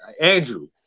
Andrew